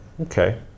okay